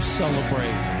celebrate